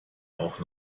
auch